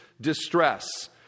distress